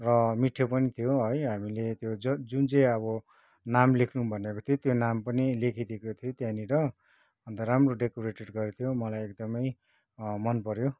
र मिठो पनि थियो है हामीले त्यो ज जुन चाहिँ अब नाम लेख्नु भनेको थियो त्यो नाम पनि लेखिदिएको थियो त्यहाँनिर अन्त राम्रो डेकोरेटेड गरेको थियो मलाई एकदमै मन पऱ्यो